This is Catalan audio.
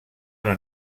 una